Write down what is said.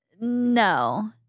No